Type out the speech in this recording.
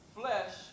Flesh